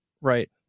Right